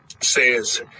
says